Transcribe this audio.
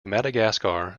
madagascar